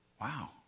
wow